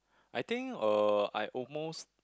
I think uh I almost